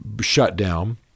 shutdown